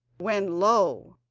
when, lo!